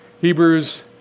Hebrews